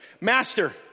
Master